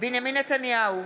בנימין נתניהו,